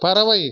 பறவை